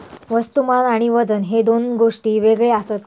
वस्तुमान आणि वजन हे दोन गोष्टी वेगळे आसत काय?